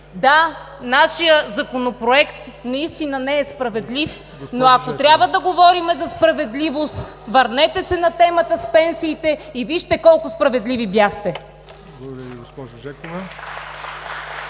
да, нашият Законопроект наистина не е справедлив, но ако трябва да говорим за справедливост, върнете се на темата с пенсиите и вижте колко справедливи бяхте.